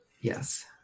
Yes